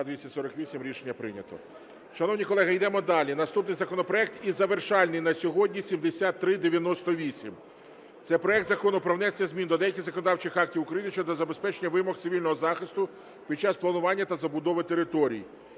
За-248 Рішення прийнято. Шановні колеги, йдемо далі. Наступний законопроект і завершальний на сьогодні 7398. Це проект Закону про внесення змін до деяких законодавчих актів України щодо забезпечення вимог цивільного захисту під час планування та забудови територій.